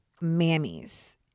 mammies